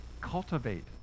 Cultivate